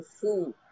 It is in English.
food